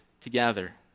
together